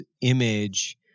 image